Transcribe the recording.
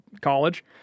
college